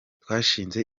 twashyize